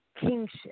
kingship